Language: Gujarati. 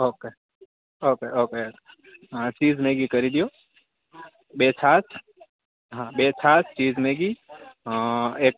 okay okay okay cheese Maggi કરી દો બે છાશ હા બે છાશ ચીઝ મેગી એક